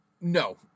No